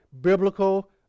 biblical